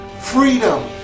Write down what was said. Freedom